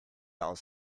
aus